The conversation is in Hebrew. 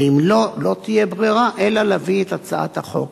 ואם לא, לא תהיה ברירה אלא להביא את הצעת החוק.